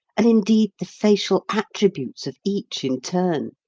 and, indeed, the facial attributes of each in turn,